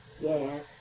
Yes